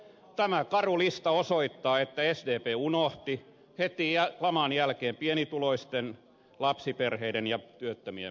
tämä karu lista osoittaa että sdp unohti heti laman jälkeen pienituloisten lapsiperheiden ja työttömien puolustamisen